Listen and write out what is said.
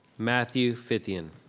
matthew fithian.